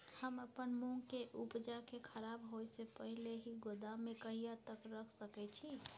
हम अपन मूंग के उपजा के खराब होय से पहिले ही गोदाम में कहिया तक रख सके छी?